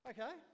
Okay